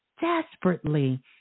desperately